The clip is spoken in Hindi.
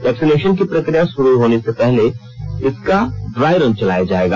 वैक्सीनेशन की प्रक्रिया शुरू होने से पहले इसका ड्राई रन चलाया जाएगा